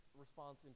response